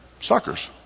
suckers